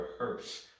rehearse